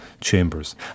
chambers